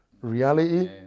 reality